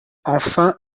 enfin